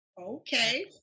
okay